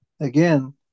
Again